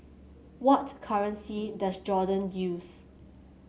what currency does Jordan use